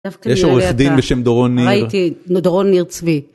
יש עורך דין בשם דורון ניר. ראיתי, דורון ניר צבי.